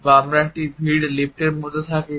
বা আমরা একটি ভিড় লিফটের মধ্যে থাকি